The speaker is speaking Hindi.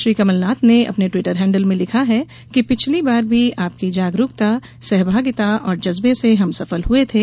श्री कमलनाथ ने अपने ट्वीटर हैंडल में लिखा है कि पिछली बार भी आपकी जागरूकता सहभागिता और जज़्बे से हम सफल हुए थे